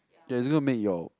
that is going to make your